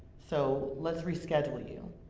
so let's reschedule you,